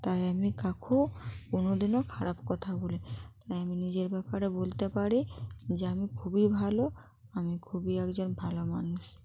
তাই আমি কাউকেও কোনো দিনও খারাপ কথা বলি না তাই আমি নিজের ব্যাপারে বলতে পারি যে আমি খুবই ভাল আমি খুবই একজন ভাল মানুষ